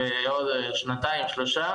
בעוד שנתיים-שלוש,